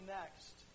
next